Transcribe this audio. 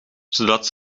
zodat